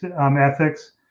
ethics